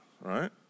right